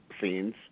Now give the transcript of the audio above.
scenes